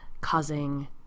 causing